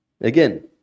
Again